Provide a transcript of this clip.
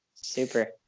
super